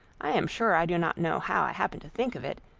i am sure i do not know how i happened to think of it,